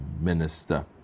minister